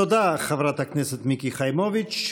תודה, חברת הכנסת מיקי חיימוביץ'.